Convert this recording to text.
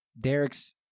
Derek's